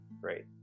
great